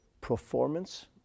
performance